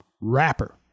rapper